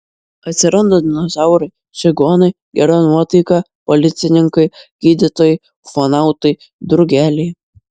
atsiranda dinozaurai čigonai gera nuotaika policininkai gydytojai ufonautai drugeliai